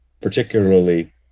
Particularly